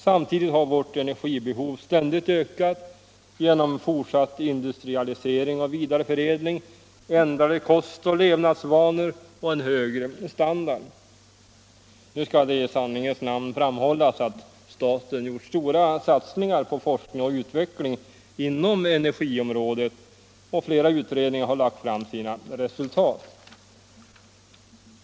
Samtidigt har vårt energibehov ständigt ökat genom fortsatt industrialisering och vidareförädling, ändrade kostoch levnadsvanor och en högre standard. Nu skall det i sanningens namn framhållas att staten gjort stora satsningar på forskning och utveckling inom energiområdet, och flera utredningar har lagt fram sina resultat.